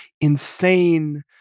insane